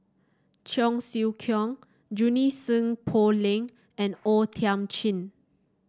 Cheong Siew Keong Junie Sng Poh Leng and O Thiam Chin